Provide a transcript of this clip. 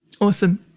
Awesome